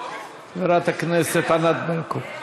חברת הכנסת ענת ברקו.